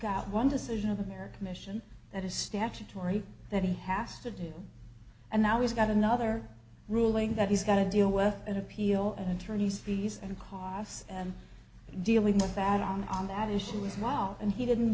got one decision of america mission that is statutory that he has to do and now he's got another ruling that he's got to deal with at appeal and attorneys fees and costs and dealing with that on that issue is now and he didn't